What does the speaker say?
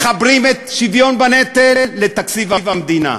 מחברים את השוויון בנטל לתקציב המדינה,